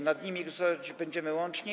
Nad nimi głosować będziemy łącznie.